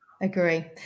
agree